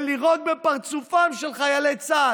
זה לירוק בפרצופם של חיילי צה"ל,